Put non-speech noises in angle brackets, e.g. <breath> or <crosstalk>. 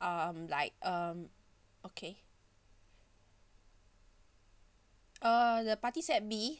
um like um okay <breath> uh the party set B